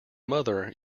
mother